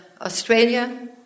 Australia